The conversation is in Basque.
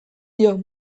dio